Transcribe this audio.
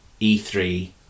E3